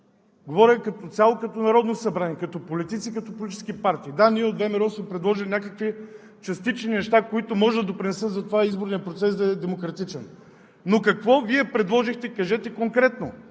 говоря Ви като цяло, като Народно събрание, като политици и като политически партии! Да, ние от ВМРО сме предложили някакви частични неща, които може да допринесат за това изборният процес да е демократичен. Но Вие какво предложихте, кажете конкретно?!